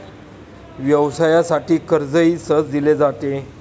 व्यवसायासाठी कर्जही सहज दिले जाते